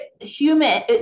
human